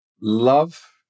love